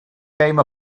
came